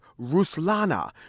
Ruslana